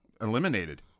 eliminated